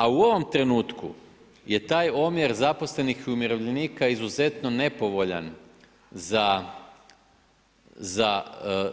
A u ovom trenutku je taj omjer zaposlenih i umirovljenika izuzetno nepovoljan za